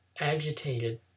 agitated